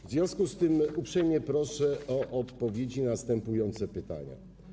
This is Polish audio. W związku z tym uprzejmie proszę o odpowiedzi na następujące pytania.